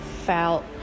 felt